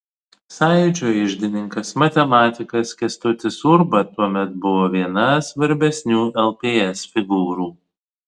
sąjūdžio iždininkas matematikas kęstutis urba tuomet buvo viena svarbesnių lps figūrų